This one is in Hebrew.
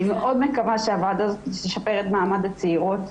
אני מקווה שהועדה הזאתי תשפר את מעמד הצעירות,